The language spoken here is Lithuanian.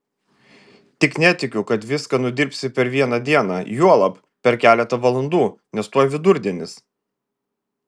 tik netikiu kad viską nudirbsi per vieną dieną juolab per keletą valandų nes tuoj vidurdienis